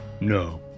No